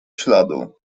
śladu